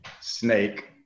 Snake